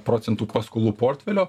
procentų paskolų portfelio